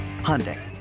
Hyundai